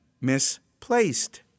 misplaced